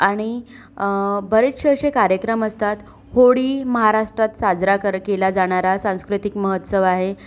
आणि बरेचसे असे कार्यक्रम असतात होळी महाराष्ट्रात साजरा कर केला जाणारा सांस्कृतिक महोत्सव आहे